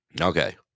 Okay